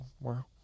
Wow